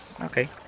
Okay